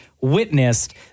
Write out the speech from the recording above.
witnessed